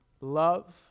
love